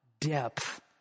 depth